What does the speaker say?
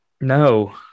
No